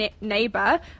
neighbor